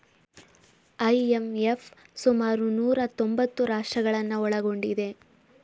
IMF ಸುಮಾರು ನೂರಾ ತೊಂಬತ್ತು ರಾಷ್ಟ್ರಗಳನ್ನು ಒಳಗೊಂಡಿದೆ